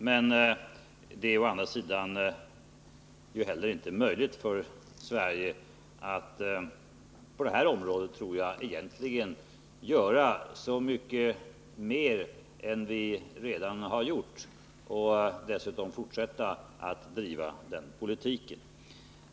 Men jag tror att det å andra sidan inte heller är möjligt för Sverige att egentligen göra så mycket mer på det här området än vi redan har gjort.